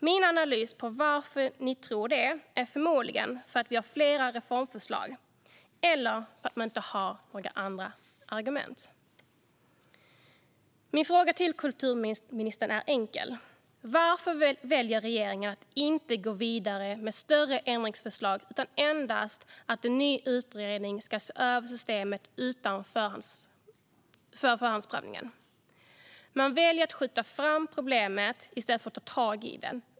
Min analys av varför man tror detta är förmodligen att vi har flera reformförslag - eller att man inte har några andra argument. Min fråga till kulturministern är enkel: Varför väljer regeringen att inte gå vidare med större ändringsförslag utan endast att en ny utredning ska se över systemet för förhandsprövningen? Man väljer att skjuta fram problemet i stället för att ta tag i det.